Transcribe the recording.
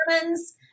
Germans